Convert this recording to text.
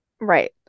Right